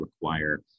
require